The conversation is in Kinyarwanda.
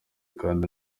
kandi